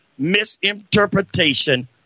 misinterpretation